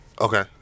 Okay